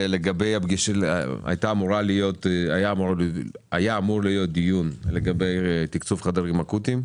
היה אמור להיות דיון לגבי תקצוב חדרים אקוטיים.